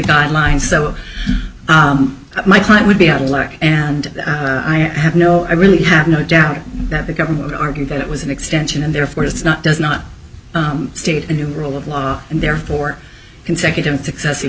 guidelines so my client would be out of luck and i have no i really have no doubt that the government argued that it was an extension and therefore it's not does not state a new rule of law and therefore consecutive successive